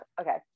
Okay